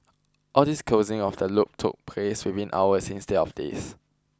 all this closing of the loop took place within hours instead of days